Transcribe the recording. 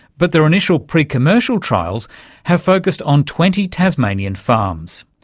but their initial pre-commercial trials have focussed on twenty tasmanian farms,